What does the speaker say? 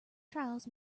trials